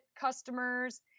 customers